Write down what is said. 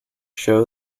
show